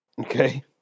Okay